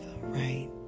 right